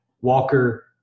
Walker